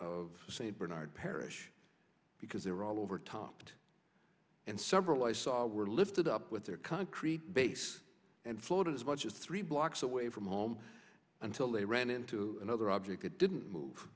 of st bernard parish because they were all overtopped and several i saw were lifted up with their concrete base and floated as much as three blocks away from home until they ran into another object that didn't move